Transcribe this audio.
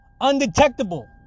undetectable